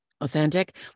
Authentic